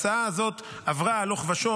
ההצעה הזאת עברה הלוך ושוב.